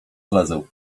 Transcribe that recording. zlezę